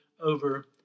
over